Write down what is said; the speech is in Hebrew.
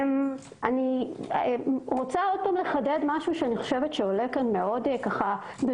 אני רוצה לחדד משהו שאני חושבת שעולה כאן מאוד בבירור.